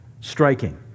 Striking